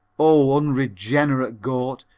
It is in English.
o unregenerate goat,